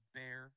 bear